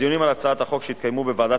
בדיונים על הצעת החוק שהתקיימו בוועדת